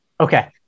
Okay